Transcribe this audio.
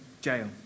jail